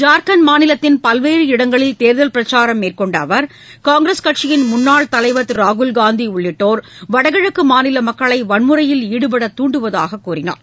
ஜார்க்கண்ட் மாநிலத்தின் பல்வேறு இடங்களில் தேர்தல் பிரச்சாரம் மேற்கொண்ட அவர் காங்கிரஸ் கட்சியின் முன்னாள் தலைவர் திரு ராகுல்காந்தி உள்ளிட்டோர் வடகிழக்கு மாநில மக்களை வன்முறையில் ஈடுபடத் தூண்டுவதாகக் கூறினார்